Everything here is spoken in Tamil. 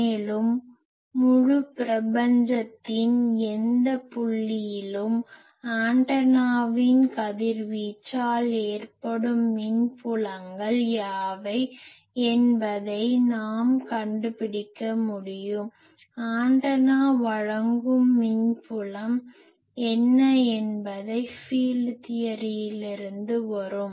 மேலும் முழு பிரபஞ்சத்தின் எந்த புள்ளியிலும் ஆண்டனாவின் கதிர்வீச்சால் ஏற்படும் மின் புலங்கள் யாவை என்பதை நாம் கண்டுபிடிக்க முடியும் ஆண்டனா வழங்கும் மின் புலம் என்ன என்பது ஃபீல்ட் தியரியிலிருந்து வரும்